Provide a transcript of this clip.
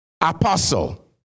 Apostle